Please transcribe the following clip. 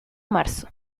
marzo